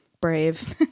brave